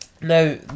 Now